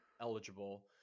eligible